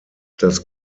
das